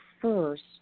first